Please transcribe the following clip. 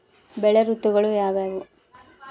ಬೆಳೆ ಋತುಗಳು ಯಾವ್ಯಾವು?